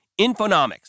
Infonomics